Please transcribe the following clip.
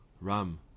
Ram